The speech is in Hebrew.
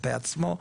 כלפי עצמו,